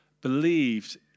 believed